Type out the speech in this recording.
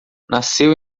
nasceu